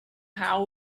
how